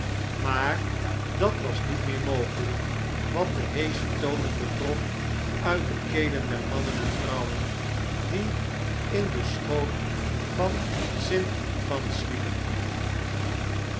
maar dat was niet meer mogeljjk wat de heesche tonen betrof uit de kelen der mannen en vrouwen die in den schoot van st antoine sliepen